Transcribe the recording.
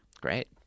Great